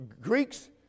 Greeks